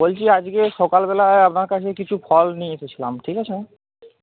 বলছি আজকে সকালবেলায় আপনার কাছে কিছু ফল নিয়ে এসেছিলাম ঠিক আছে